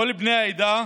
כל בני העדה,